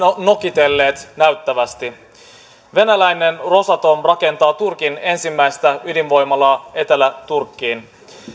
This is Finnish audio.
nokitelleet näyttävästi venäläinen rosatom rakentaa turkin ensimmäistä ydinvoimalaa etelä turkkiin